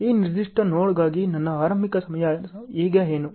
ಈ ನಿರ್ದಿಷ್ಟ ನೋಡ್ಗಾಗಿ ನನ್ನ ಆರಂಭಿಕ ಈವೆಂಟ್ ಸಮಯ ಈಗ ಏನು